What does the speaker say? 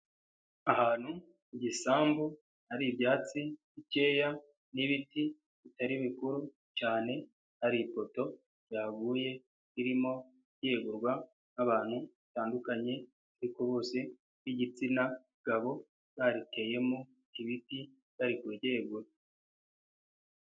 Ahantu mu gisambu hari ibyatsi bikeya n'ibiti bitari bikuru cyane hari ifoto yaguye irimo yegurwa n'abantu batandukanye ariko bose b'igitsina gabo bariteyemo ibiti bari ku ryegura.